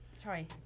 Sorry